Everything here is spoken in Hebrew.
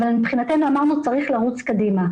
אבל מבחינתנו אמרנו שצריך לרוץ קדימה.